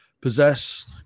possess